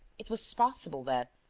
it was possible that,